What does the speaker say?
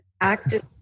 active